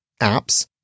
apps